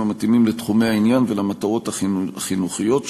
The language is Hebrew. המתאימים לתחומי העניין ולמטרות החינוכיות שלו.